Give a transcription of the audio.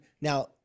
Now